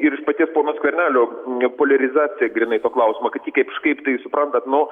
ir iš paties pono skvernelio nu poliarizacija grynai to klausimo kad jį kažkaip tai suprantat nu